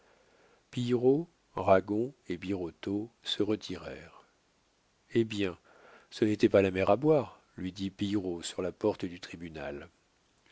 pillerault ragon et birotteau se retirèrent eh bien ce n'était pas la mer à boire lui dit pillerault sur la porte du tribunal